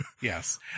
yes